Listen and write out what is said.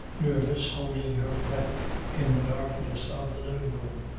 nervous, holding her breath in the darkness of the living-room,